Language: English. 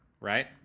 right